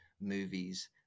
movies